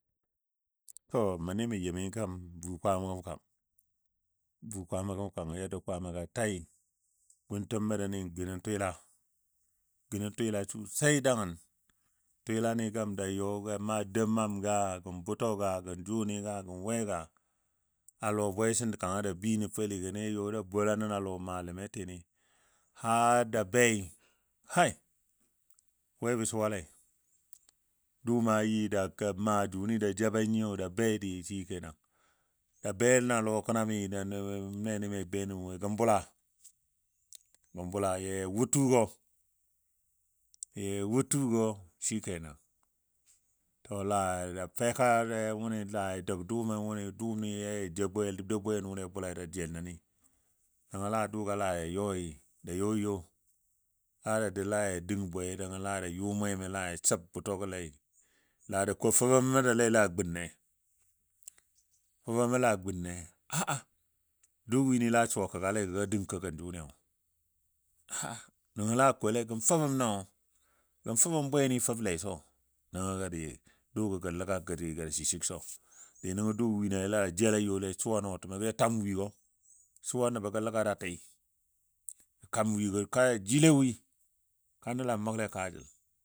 To mə ni mə nyɨmi kam n buu kwaama gəm kang yarda kwaamagɔ a tai guntəm məndini n gə nə twila sosai dagən. Twila ni kam da yɔ gɔ maa dou mam ka, gən bʊtɔ gən jʊni ga gən nwe ga. A lɔ bwe sən kanga ja bəi nən faligən yɔ bola nən a lɔ malamaitini har da bei, hai! we bə suwalei dʊʊmɔ yʊ da maa jʊni ja jaba nyiyo da bei dɨ shikenan. Da be na lɔ kənami nenəmi be nən mə woi gən bʊla ya wɔ tugɔ ya wɔ tugɔ shikenən. To laa ya feka wʊni laa ya dəg dʊʊmɔ wʊni dʊʊ ni ya dou bwenʊle bʊlai ja jel nəni, nəngɔ laa dʊugɔ yɔi ja yɔ yo a da dou laa da dəng bwei nəngɔ laa ja yʊ mwemo laa jə səb bʊtɔgɔle laa də ko fəmən məndile laa gunne fəmən mandile laa aa gunneaa dʊʊ wini la suwa kəgale gɔ ga dəng ka gən jʊni aa nəngɔ laa kole gən femən nɔɔ gən fəmən bweni fəble sɔ nəngɔ a dɨɨ dʊʊgɔ ləgga dɨi gə ja shi shik sɔ, dɨɨ nəngɔ dʊʊ wini laa jela youli a suwa nɔɔtəmɔ gə ja tam wigɔ. Suwa nəbo gə ləga da tɨɨ, kam wigɔ ka ja jile wi, ka nəl a məgle kaajəl.